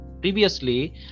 previously